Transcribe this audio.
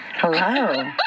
Hello